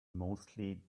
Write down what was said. mostly